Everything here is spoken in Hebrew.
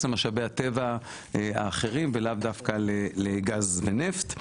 למשאבי הטבע האחרים ולאו דווקא לגז ונפט.